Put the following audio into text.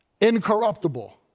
Incorruptible